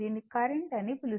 దీన్ని కరెంట్ అని పిలుస్తారు